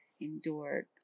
endured